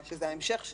שזה ההמשך,